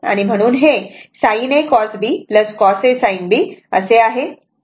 म्हणून हे sin a cos b cos a sin b असे आहे